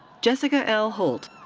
jessica l. holte.